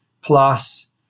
plus